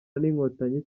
n’inkotanyi